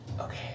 Okay